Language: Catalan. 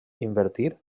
invertir